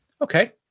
okay